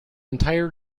entire